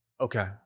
Okay